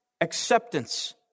acceptance